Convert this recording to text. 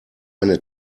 eine